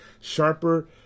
Sharper